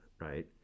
right